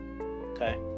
Okay